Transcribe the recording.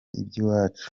iby’iwacu